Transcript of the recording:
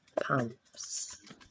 pumps